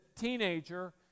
teenager